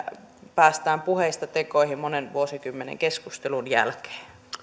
päästään puheista tekoihin monen vuosikymmenen keskustelun jälkeen